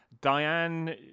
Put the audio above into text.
Diane